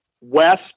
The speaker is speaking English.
west